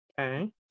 Okay